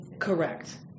Correct